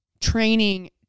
training